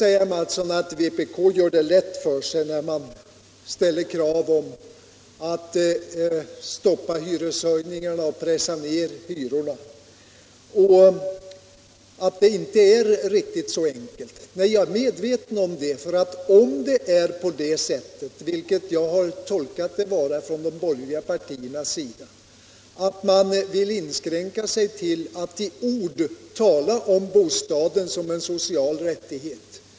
Herr Mattsson säger att vpk gör det lätt för sig när man ställer krav om att stoppa hyreshöjningarna och pressa ned hyrorna och att det hela inte är riktigt så enkelt. Nej, jag är medveten om det. Jag har uppfattat att de borgerliga partierna inskränker sig till att i ord tala om bostaden som en social rättighet.